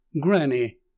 Granny